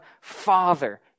Father